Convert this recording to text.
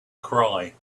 cry